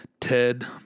Ted